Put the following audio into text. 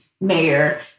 mayor